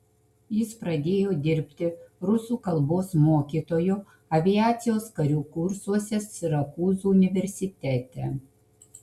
jis pradėjo dirbti rusų kalbos mokytoju aviacijos karių kursuose sirakūzų universitete